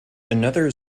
another